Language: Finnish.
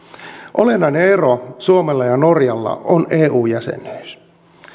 olennainen ero suomella ja norjalla on eu jäsenyys